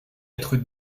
être